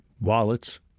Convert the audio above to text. wallets